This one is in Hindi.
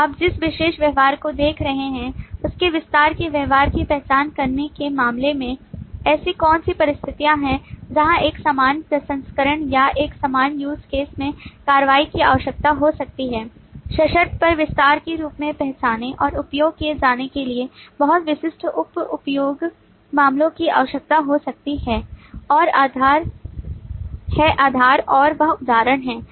तो आप जिस विशेष व्यवहार को देख रहे हैं उसके विस्तार के व्यवहार की पहचान करने के मामले में ऐसी कौन सी परिस्थितियाँ हैं जहाँ एक सामान्य प्रसंस्करण या एक सामान्य use case में कार्रवाई की आवश्यकता हो सकती है सशर्त पर विस्तार के रूप में पहचाने और उपयोग किए जाने के लिए बहुत विशिष्ट उप उपयोग मामलों की आवश्यकता हो सकती है आधार और वह उदाहरण है